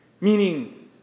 Meaning